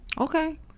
Okay